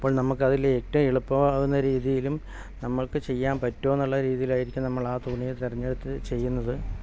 അപ്പോൾ നമുക്കതിലേറ്റവും എളുപ്പമാകുന്ന രീതിയിലും നമ്മൾക്ക് ചെയ്യാൻ പറ്റുമോ എന്നുള്ള രീതിയിലായിരിക്കും നമ്മൾ ആ തുണിയെ തിരഞ്ഞെടുത്ത് ചെയ്യുന്നത്